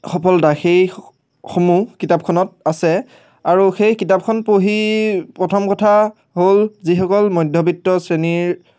সফলতা সেই সমূহ কিতাপখনত আছে আৰু সেই কিতাপখন পঢ়ি প্ৰথম কথা হ'ল যিসকল মধ্যবিত্ত শ্ৰেণীৰ